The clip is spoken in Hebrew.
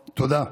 תודה.